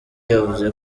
yavuze